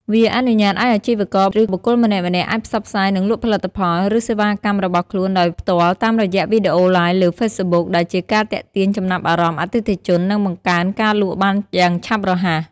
វាអនុញ្ញាតឲ្យអាជីវករ ឬបុគ្គលម្នាក់ៗអាចផ្សព្វផ្សាយ និងលក់ផលិតផល ឬសេវាកម្មរបស់ខ្លួនដោយផ្ទាល់តាមរយៈវីដេអូ Live លើ Facebook ដែលជាការទាក់ទាញចំណាប់អារម្មណ៍អតិថិជន និងបង្កើនការលក់បានយ៉ាងឆាប់រហ័ស។